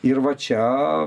ir va čia